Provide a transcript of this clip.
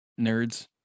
nerds